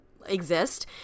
exist